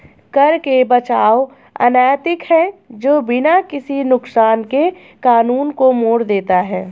कर से बचाव अनैतिक है जो बिना किसी नुकसान के कानून को मोड़ देता है